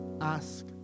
Ask